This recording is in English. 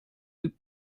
loop